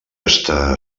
està